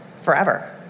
forever